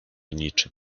niczym